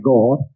God